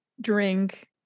drink